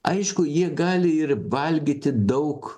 aišku jie gali ir valgyti daug